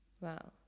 Wow